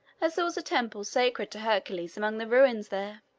as there was a temple sacred to hercules among the ruins there.